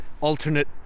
alternate